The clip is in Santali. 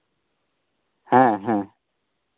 ᱦᱮᱸ ᱦᱮᱸ